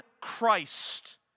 Christ